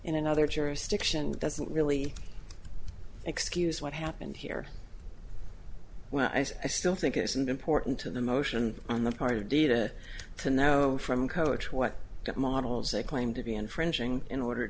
in another jurisdiction doesn't really excuse what happened here when i say i still think it's important to the motion on the part of data to know from coach what models they claim to be infringing in order